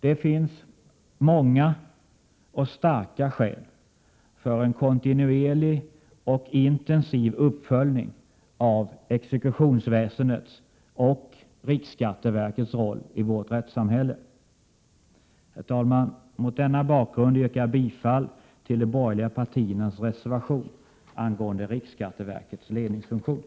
Det finns många och starka skäl för en kontinuerlig och intensiv uppföljning av exekutionsväsendets och riksskatteverkets roll i vårt rättssamhälle. Herr talman! Mot denna bakgrund yrkar jag bifall till de borgerliga partiernas reservation angående riksskatteverkets ledningsfunktion.